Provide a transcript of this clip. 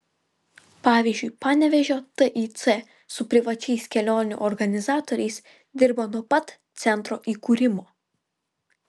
pavyzdžiui panevėžio tic su privačiais kelionių organizatoriais dirba nuo pat centro įkūrimo